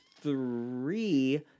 three